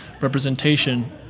representation